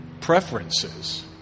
preferences